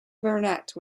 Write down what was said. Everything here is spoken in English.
vernet